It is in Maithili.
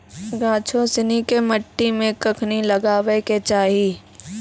गाछो सिनी के मट्टी मे कखनी लगाबै के चाहि?